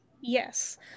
Yes